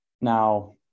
now